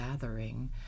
gathering